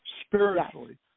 spiritually